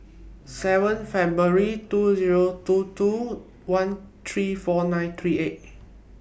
seven February two Zero two two one three four nine three eight